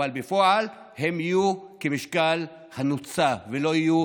אבל בפועל הם יהיו כמשקל הנוצה ולא יהיו